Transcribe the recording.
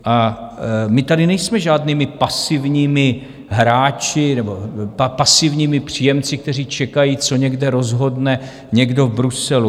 A my tady nejsme žádnými pasivními hráči nebo pasivními příjemci, kteří čekají, co někde rozhodne někdo v Bruselu.